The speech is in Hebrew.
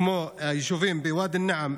כמו היישובים, בוואדי אל-נעם,